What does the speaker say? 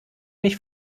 mich